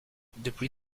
depuis